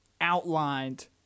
outlined